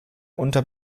unter